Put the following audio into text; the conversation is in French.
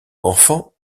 enfant